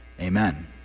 Amen